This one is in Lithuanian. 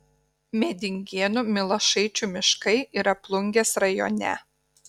medingėnų milašaičių miškai yra plungės rajone